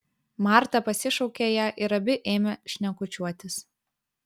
marta pasišaukė ją ir abi ėmė šnekučiuotis